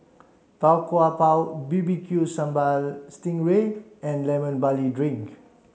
Tau Kwa Pau B B Q Sambal Sting Ray and lemon barley drink